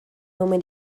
nomi